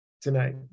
tonight